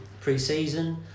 pre-season